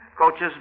coaches